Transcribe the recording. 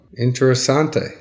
Interessante